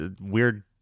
weird